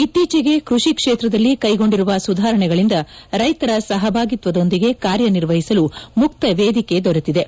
ಇತ್ತೀಚೆಗೆ ಕೃಷಿ ಕ್ಷೇತ್ರದಲ್ಲಿ ಕೈಗೊಂಡಿರುವ ಸುಧಾರಣೆಗಳಿಂದ ರೈತರ ಸಹಭಾಗಿತ್ವದೊಂದಿಗೆ ಕಾರ್ಯನಿರ್ವಹಿಸಲು ಮುಕ್ತ ವೇದಿಕೆ ದೊರೆತಿದೆ